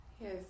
Yes